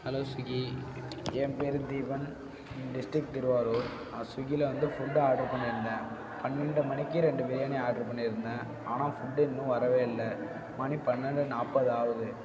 hello Swiggy என் பேர் தீபன் என் டிஸ்ட்ரிக் திருவாரூர் நான் ஸ்விகியில் வந்து ஃபுட்டு ஆடர் பண்ணியிருந்தேன் பன்னெண்டு மணிக்கு ரெண்டு பிரியாணி ஆடர் பண்ணியிருந்தேன் ஆனால் ஃபுட்டு இன்னும் வரவே இல்லை மணி பன்னெண்டு நாற்பது ஆகுது